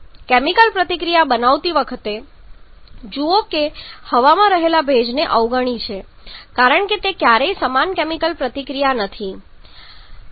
chemical પ્રતિક્રિયા બનાવતી વખતે જુઓ કે તમે હવામાં રહેલા ભેજને અવગણી છે કારણ કે તે ક્યારેય સમાન કેમિકલ પ્રતિક્રિયા નથી